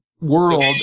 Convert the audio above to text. world